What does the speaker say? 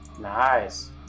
nice